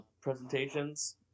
presentations